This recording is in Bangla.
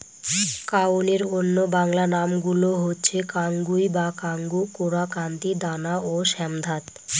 কাউনের অন্য বাংলা নামগুলো হচ্ছে কাঙ্গুই বা কাঙ্গু, কোরা, কান্তি, দানা ও শ্যামধাত